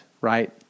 right